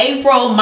April